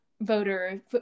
voter